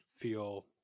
feel